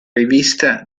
rivista